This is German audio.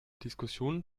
diskussion